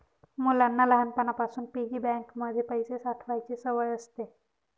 मुलांना लहानपणापासून piggy bank मध्ये पैसे साठवायची सवय असते